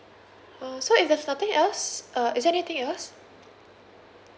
uh so if there's nothing else uh is there anything else